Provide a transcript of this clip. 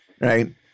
right